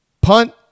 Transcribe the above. punt